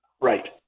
right